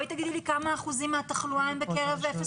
תגידו לי כמה אחוזים מהתחלואה הם בקרב גילי אפס